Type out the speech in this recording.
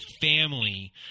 family